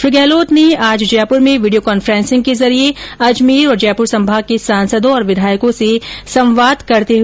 श्री गहलोत आज जयपुर में video conferencing के जरिये अजमेर और जयपुर संभाग के सांसदों और विधायकों से संवाद कर रहे है